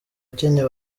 kenya